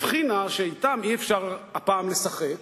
הבחינה שאתם אי-אפשר הפעם לשחק,